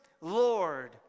Lord